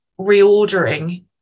reordering